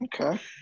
Okay